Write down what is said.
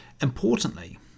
Importantly